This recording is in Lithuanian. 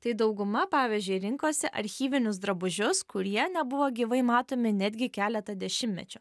tai dauguma pavyzdžiui rinkosi archyvinius drabužius kurie nebuvo gyvai matomi netgi keletą dešimtmečių